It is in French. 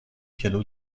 piano